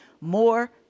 more